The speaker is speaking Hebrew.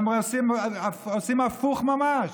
הם עושים הפוך ממש,